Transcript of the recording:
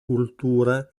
cultura